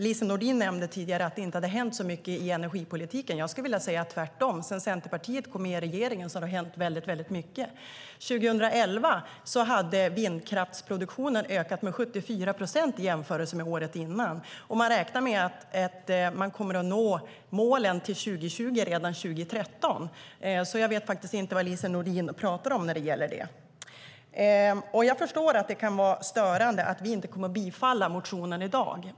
Lise Nordin nämnde tidigare att det inte hänt så mycket i energipolitiken. Jag skulle vilja säga tvärtom. Sedan Centerpartiet kom med i regeringen har det hänt väldigt mycket. År 2011 hade vindkraftsproduktionen ökat med 74 procent i jämförelse med året innan. Man räknar med att man kommer att nå målen för 2020 redan 2013. Jag vet inte vad Lise Nordin talar om när det gäller detta. Jag förstår att det kan vara störande att vi inte kommer att rösta för bifall till motionen i dag.